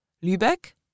Lübeck